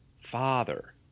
Father